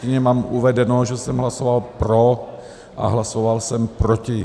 Ve sjetině mám uvedeno, že jsem hlasoval pro, a hlasoval jsem proti.